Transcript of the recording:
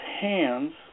hands